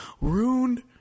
ruined